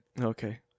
Okay